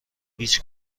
هیچ